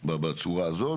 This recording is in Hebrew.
בצורה הזאת,